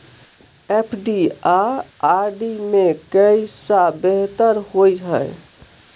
FD आ RD मे केँ सा बेहतर होइ है?